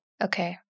Okay